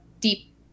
deep